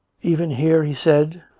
even here, he said,